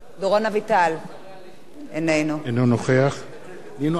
(קורא בשמות חברי הכנסת) דורון אביטל, אינו נוכח